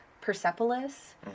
Persepolis